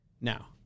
Now